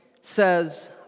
says